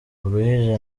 buruhije